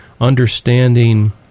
understanding